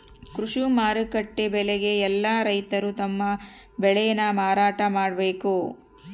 ಕೃಷಿ ಮಾರುಕಟ್ಟೆ ಬೆಲೆಗೆ ಯೆಲ್ಲ ರೈತರು ತಮ್ಮ ಬೆಳೆ ನ ಮಾರಾಟ ಮಾಡ್ಬೇಕು